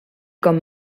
com